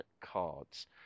cards